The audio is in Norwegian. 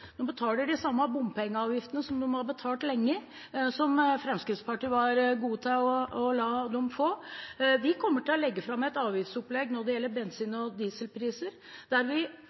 De betaler de samme bompengeavgiftene som de har betalt lenge – som Fremskrittspartiet var gode til å la dem få. Vi kommer til å legge fram et avgiftsopplegg når det gjelder bensin- og dieselpriser, der vi